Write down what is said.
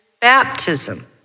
baptism